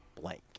blank